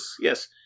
Yes